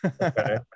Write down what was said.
okay